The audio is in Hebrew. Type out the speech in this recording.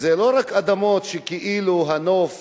וזה לא רק אדמות וכאילו הנוף